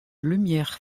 lumière